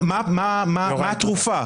מה התרופה,